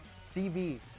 CV